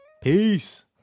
Peace